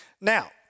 Now